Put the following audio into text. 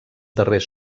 darrers